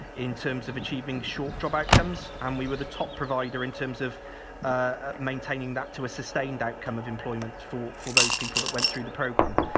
in terms of achieving short job outcomes, and um we were the top provider in terms of ah maintaining that to a sustained outcome of employment for for those people that went through the programme.